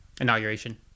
inauguration